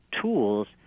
tools